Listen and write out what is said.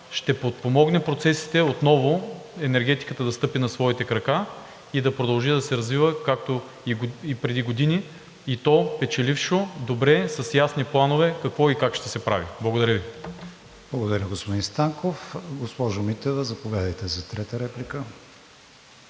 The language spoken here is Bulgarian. ще подпомогне процесите отново енергетиката да стъпи на своите крака и да продължи да се развива както и преди години, и то печелившо, добре, с ясни планове какво и как ще се прави. Благодаря Ви. ПРЕДСЕДАТЕЛ КРИСТИАН ВИГЕНИН: Благодаря, господин Станков. Госпожо Митева, заповядайте за трета реплика.